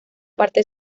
parte